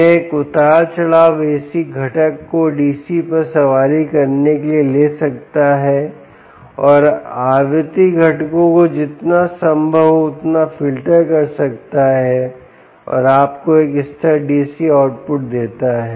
यह एक उतार चढ़ाव AC घटक को DC पर सवारी करने के लिए ले सकता है और आवृत्ति घटकों को जितना संभव हो उतना फ़िल्टर कर सकता है और आपको एक स्थिर DC आउटपुट देता है